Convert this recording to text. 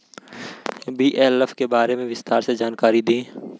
BLF के बारे में विस्तार से जानकारी दी?